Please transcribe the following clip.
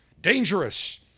dangerous